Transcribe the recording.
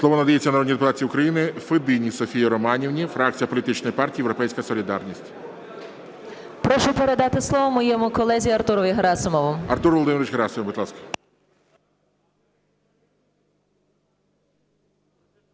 Слово надається народній депутатці України Федині Софії Романівні, фракція політичної партії "Європейська солідарність". 11:22:26 ФЕДИНА С.Р. Прошу передати слово моєму колезі Артурові Герасимову. ГОЛОВУЮЧИЙ. Артур Володимирович Герасимов, будь ласка.